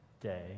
day